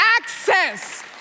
access